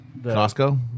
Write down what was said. Costco